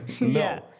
No